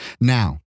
now